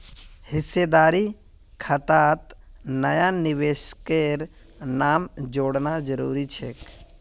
हिस्सेदारी खातात नया निवेशकेर नाम जोड़ना जरूरी छेक